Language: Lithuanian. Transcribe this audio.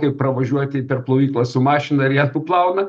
ir pravažiuoti per plovyklą su mašina ir ją nuplauna